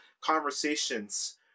conversations